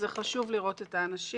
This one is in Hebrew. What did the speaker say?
חשוב לראות את האנשים.